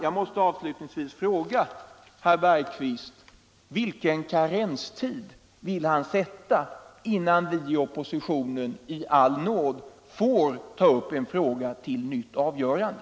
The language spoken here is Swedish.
Jag måste avslutningsvis fråga herr Bergqvist: Vilken karenstid vill herr Bergqvist sätta, innan vi i oppositionen i nåder får ta upp en fråga till nytt avgörande?